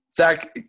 Zach